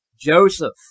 Joseph